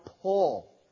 Paul